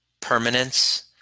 permanence